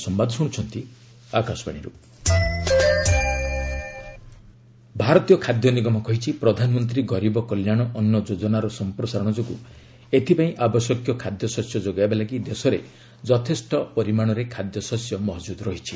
FCI food grains ଭାରତୀୟ ଖାଦ୍ୟ ନିଗମ କହିଛି ପ୍ରଧାନମନ୍ତ୍ରୀ ଗରିବ କଲ୍ୟାଣ ଅନ୍ନ ଯୋଜନାର ସମ୍ପ୍ରସାରଣ ଯୋଗୁଁ ଏଥିପାଇଁ ଆବଶ୍ୟକ ଖାଦ୍ୟ ଶସ୍ୟ ଯୋଗାଇବା ଲାଗି ଦେଶରେ ଯଥେଷ୍ଟ ପରିମାଣରେ ଖାଦ୍ୟ ଶସ୍ୟ ମହଜୁଦ୍ ରହିଛି